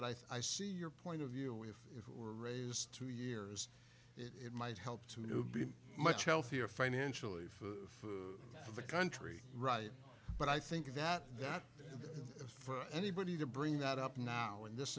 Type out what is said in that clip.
thought i saw your point of view if it were raised two years it might help to be much healthier financially for the country right but i think that that for anybody to bring that up now in this